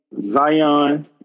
Zion